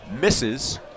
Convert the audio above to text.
misses